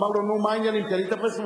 אמר לו: נו, מה העניינים, קנית וספה?